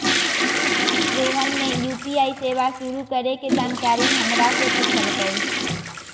रोहन ने यू.पी.आई सेवा शुरू करे के जानकारी हमरा से पूछल कई